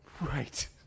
Right